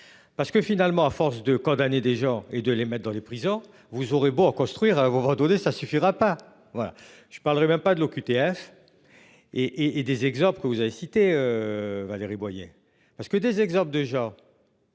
Parce que finalement à force de condamner des gens et de les mettre dans les prisons, vous aurez beau à construire vous redonner ça suffira pas voilà je parlerais même pas de l'OQTF. Et et des exemples que vous avez cité. Valérie Boyer, parce que des exemples de gens.